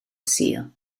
sul